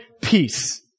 peace